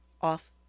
off